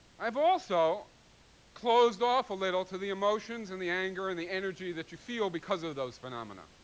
i've also closed off a little to the emotions and the anger and the energy that you feel because of those phenomena.